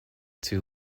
two